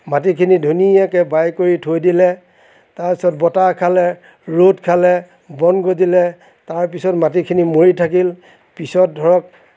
মাটিখিনি ধুনীয়াকৈ বাই কৰি থৈ দিলে তাৰপিছত বতাহ খালে ৰ'দ খালে বন গজিলে তাৰপিছত মাটিখিনি মৰি থাকিল পিছত ধৰক